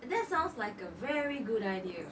that sounds like a very good idea